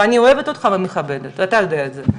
ואני אוהבת אותך ומכבדת, ואתה יודע את זה.